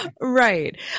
Right